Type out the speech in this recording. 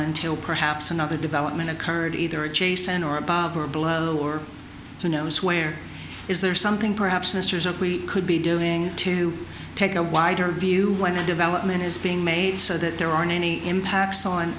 until perhaps another development occurred either adjacent or about or below or who knows where is there something perhaps esther's up we could be doing to take a wider view when a development is being made so that there aren't any impacts